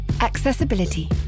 Accessibility